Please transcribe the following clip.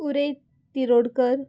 उरे तिरोडकर